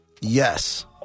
Yes